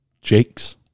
Jake's